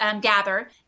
Gather